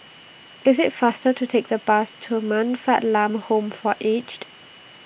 IT IS faster to Take The Bus to Man Fatt Lam Home For Aged